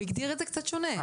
הוא הגדיר את זה קצת שונה,